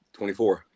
24